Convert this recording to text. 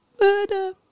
murder